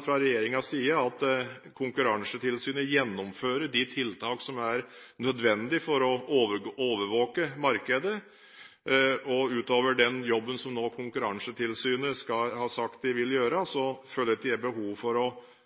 fra regjeringens side, tillit til at Konkurransetilsynet gjennomfører de tiltak som er nødvendige for å overvåke markedet. Utover den jobben som Konkurransetilsynet nå skal ha sagt de vil gjøre, føler jeg ikke behov for